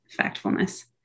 Factfulness